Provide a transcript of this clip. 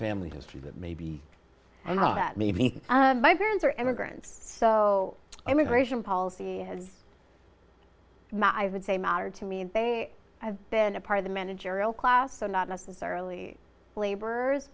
family history that maybe and all that maybe even my parents are immigrants so immigration policy as my would say mattered to me and they have been a part of the managerial class so not necessarily laborers